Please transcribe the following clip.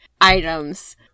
items